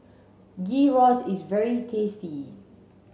Gyros is very tasty